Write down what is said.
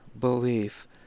belief